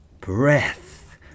breath